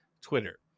Twitter